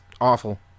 awful